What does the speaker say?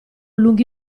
lunghi